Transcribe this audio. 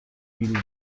بیل